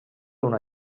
una